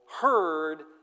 heard